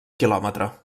quilòmetre